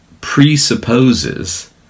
presupposes